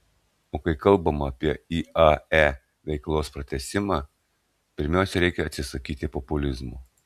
o kai kalbama apie iae veiklos pratęsimą pirmiausia reikia atsisakyti populizmo